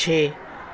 ਛੇ